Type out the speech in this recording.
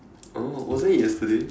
oh wasn't it yesterday